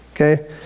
Okay